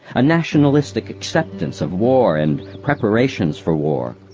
a nationalistic acceptance of war and preparations for war.